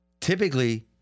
Typically